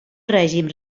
règim